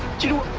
to